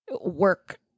work